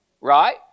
Right